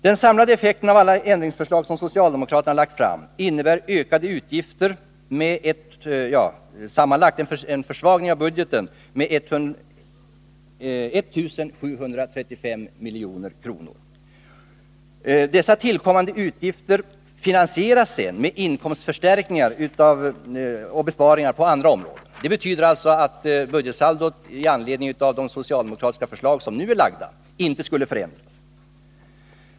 Den samlade effekten av alla de ändringsförslag som socialdemokraterna lagt fram innebär sammanlagt en försvagning av budgeten med 1 735 milj.kr. Dessa tillkommande utgifter finansieras med inkomstförstärkningar och besparingar på andra områden. Det betyder alltså att budgetsaldot inte skulle förändras i anledning av de socialdemokratiska förslag som nu är framlagda.